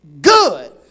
good